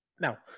Now